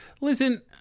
listen